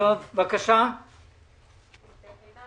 הגאווה